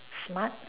smart